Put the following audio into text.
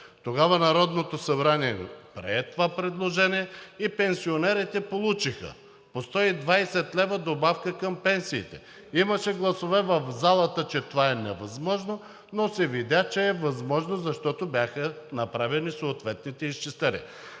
Тогава Народното събрание прие това предложение и пенсионерите получиха по 120 лв. добавка към пенсиите. Имаше гласове в залата, че това е невъзможно, но се видя, че е възможно, защото бяха направени съответните изчисления.